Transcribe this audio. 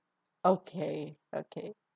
okay okay